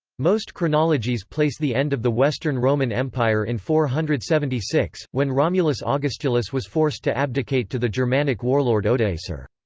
most chronologies place the end of the western roman empire in four hundred and seventy six, when romulus ah augustulus was forced to abdicate to the germanic warlord odoacer.